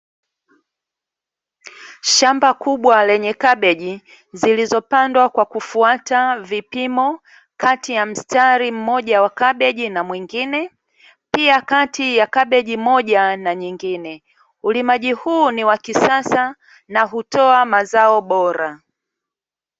Shamba kubwa lenye kabeji zilizopandwa kwa kufuata vipimo kati ya mstari mmoja wa kabeji na mwingine, pia kati ya kabeji moja na nyingine. Ulimaji huu ni wa kisasa na hutoa mazao bora.